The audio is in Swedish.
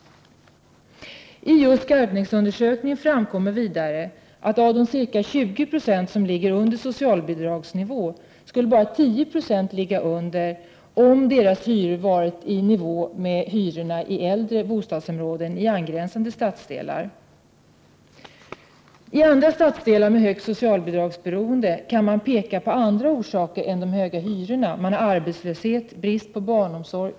Av just Skarpnäcksundersökningen framkommer vidare att av de 20 96 av hushållen som ligger under socialbidragsnivån skulle endast 10 96 behöva ligga under denna nivå, om dessa hushålls hyror hade varit i nivå med hyrorna i äldre bostadsområden i angränsande stadsdelar. I andra stadsdelar med stort socialbidragsberoende kan man peka på andra orsaker till detta beroende än just de höga hyrorna —t.ex. arbetslöshet och brist på barnomsorg.